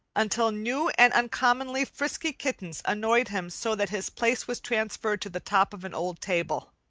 until new and uncommonly frisky kittens annoyed him so that his place was transferred to the top of an old table.